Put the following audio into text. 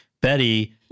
Betty